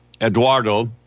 Eduardo